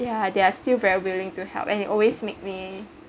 ya they are still very willing to help and it always make me